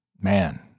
man